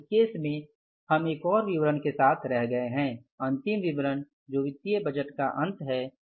अब इस केस में हम एक और विवरण के साथ रह गए हैं अंतिम विवरण जो वित्तीय बजट का अंत है